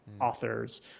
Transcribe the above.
authors